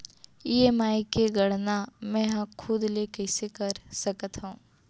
EMI के गड़ना मैं हा खुद से कइसे कर सकत हव?